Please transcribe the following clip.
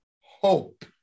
hope